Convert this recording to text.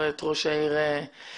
(היו"ר מיקי